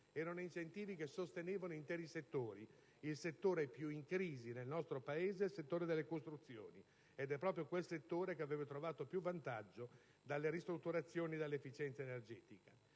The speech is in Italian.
stato detto - sostenevano interi settori. Il settore più in crisi nel nostro Paese è quello delle costruzioni: proprio questo settore avrebbe ricavato più vantaggi dalle ristrutturazioni e dall'efficienza energetica.